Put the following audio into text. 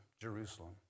Jerusalem